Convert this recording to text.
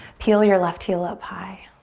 peel your left heel up high.